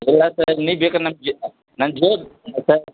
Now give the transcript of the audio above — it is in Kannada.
ಇಲ್ಲ ಸರ್ ನೀವು ಬೇಕಾದರೆ ನನ್ನ ಜೇ ನನ್ನ ಜೇಬು ಹಾಂ ಸರ್